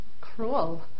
cruel